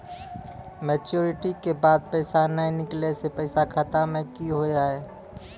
Maturity के बाद पैसा नए निकले से पैसा खाता मे की होव हाय?